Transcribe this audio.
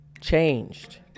changed